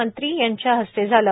मंत्री यांच्या हस्ते झालं